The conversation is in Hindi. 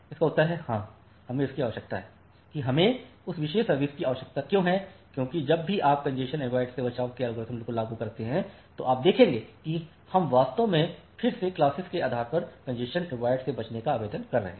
इसका उत्तर है हां हमें इसकी आवश्यकता है कि हमें उस विशेष सर्विस की आवश्यकता क्यों है क्योंकि जब भी आप कॅन्जेशन अवॉयड से बचाव के एल्गोरिथ्म को लागू कर रहे हैं तो आप देखेंगे कि हम वास्तव में फिर से क्लासेस के आधार पर कॅन्जेशन अवॉयड से बचने का आवेदन कर रहे हैं